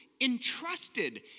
entrusted